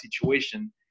situation